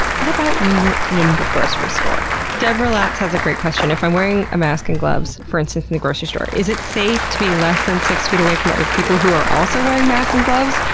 what about when you're in the grocery store? deborah latz has a great question if i'm wearing a mask and gloves, for instance in a grocery store, is it safe to be less than six feet away from other people who are also wearing masks and gloves?